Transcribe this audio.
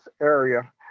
area